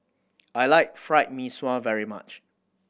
I like Fried Mee Sua very much